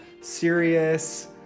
Serious